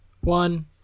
one